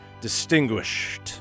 distinguished